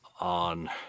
on